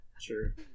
Sure